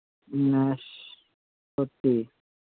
নাশপাতি